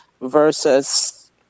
versus